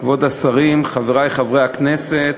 כבוד השרים, חברי חברי הכנסת,